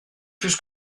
plus